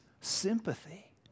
sympathy